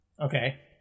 Okay